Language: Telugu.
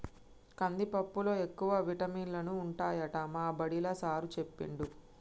కందిపప్పులో ఎక్కువ విటమినులు ఉంటాయట మా బడిలా సారూ చెప్పిండు